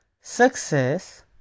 Success